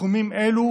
בתחומים אלו,